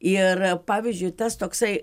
ir pavyzdžiui tas toksai